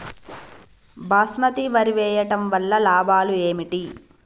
బాస్మతి వరి వేయటం వల్ల లాభాలు ఏమిటి?